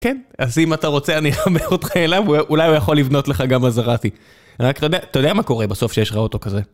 כן, אז אם אתה רוצה אני אחבר אותך אליו, אולי הוא יכול לבנות לך גם מזארטי. אתה יודע מה קורה בסוף כשיש לך אוטו כזה?